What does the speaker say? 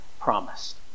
promised